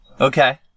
okay